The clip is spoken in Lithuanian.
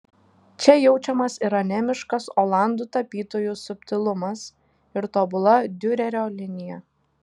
čia jaučiamas ir anemiškas olandų tapytojų subtilumas ir tobula diurerio linija